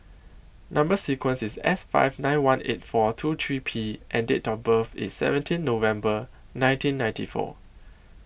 Number sequence IS S five nine one eight four two three P and Date of birth IS seventeen November nineteen ninety four